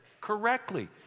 correctly